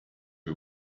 you